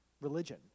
religion